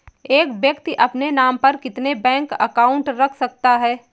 एक व्यक्ति अपने नाम पर कितने बैंक अकाउंट रख सकता है?